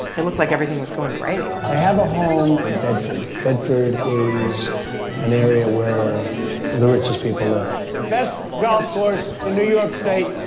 it looked like everything was going great i have a home in bedford. bedford is an area where the richest people live best golf course in new york state,